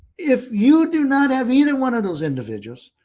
if you do not have either one of those individuals,